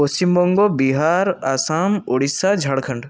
Paschimbanga Bihar Assam Orissa Jharkhand